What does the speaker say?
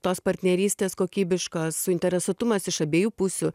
tos partnerystės kokybiškos suinteresuotumas iš abiejų pusių